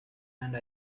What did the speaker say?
and